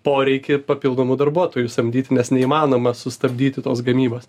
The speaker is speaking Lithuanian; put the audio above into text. poreikį papildomų darbuotojų samdyti nes neįmanoma sustabdyti tos gamybos